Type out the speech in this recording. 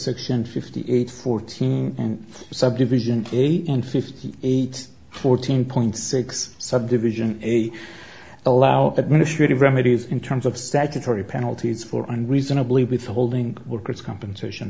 section fifty eight fourteen and subdivision eight hundred fifty eight fourteen point six subdivision a allow administrative remedies in terms of statutory penalties for and reasonably withholding workers compensation